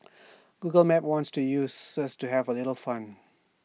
Google maps wants to use Sirs to have A little fun